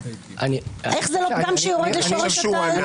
איך זה לא פגם שיורד לשורש הבעיה?